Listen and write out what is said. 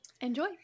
Enjoy